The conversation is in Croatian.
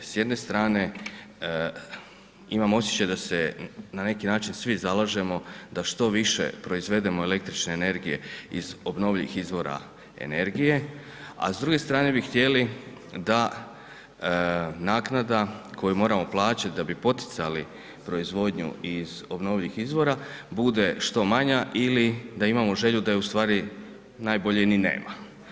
S jedne strane imam osjećaj da se na neki način svi zalažemo da što više proizvedemo električne energije iz obnovljivih izvora energije a s druge strane bi htjeli da naknada koju moramo plaćati da bi poticali proizvodnju iz obnovljivih izvora bude što manja ili da imamo želju da je ustvari najbolje ni nema.